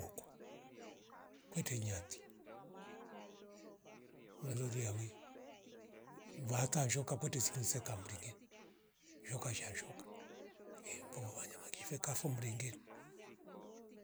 Uko kwete nyati wololia wi mvaata ashoka kwete sinise kamringe shoka nsha shoka ehh mbovo vanya mangi shweka fo mringiri